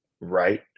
right